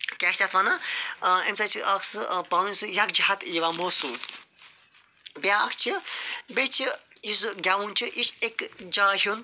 کیٚاہ چھِ اَتھ ونان ٲں اَمہِ سۭتۍ چھُ اَکھ سُہ ٲں پنٕنۍ سُہ یکجِہت یِوان محسوس بیٛاکھ چھُ بییٚہِ چھُ یُس سُہ گیٚوُن چھُ یہِ چھُ اکہِ جایہِ ہنٛد